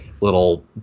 little